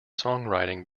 songwriting